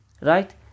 right